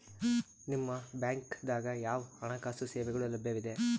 ನಿಮ ಬ್ಯಾಂಕ ದಾಗ ಯಾವ ಹಣಕಾಸು ಸೇವೆಗಳು ಲಭ್ಯವಿದೆ?